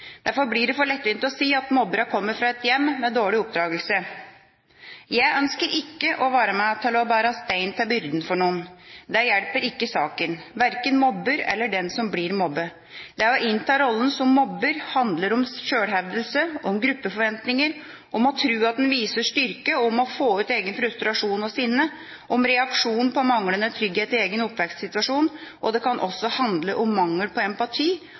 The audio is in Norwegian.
Derfor blir det for lettvint å si at mobbere kommer fra hjem med dårlig oppdragelse. Jeg ønsker ikke å være med på å bære stein til byrden for noen. Det hjelper ikke saken, verken mobber eller den som blir mobbet. Det å innta rollen som mobber handler om sjølhevdelse, om gruppeforventninger, om å tro at man viser styrke, om å få ut egen frustrasjon og sinne, om reaksjon på manglende trygghet i egen oppvekstsituasjon, og det kan også handle om mangel på